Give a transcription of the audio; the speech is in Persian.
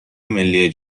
ملی